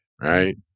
right